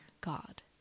God